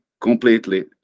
completely